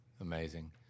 Amazing